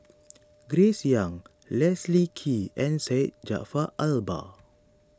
Grace Young Leslie Kee and Syed Jaafar Albar